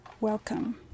Welcome